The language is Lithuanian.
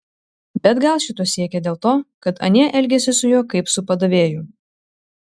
bet gal šito siekė dėl to kad anie elgėsi su juo kaip su padavėju